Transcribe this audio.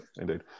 Indeed